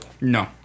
No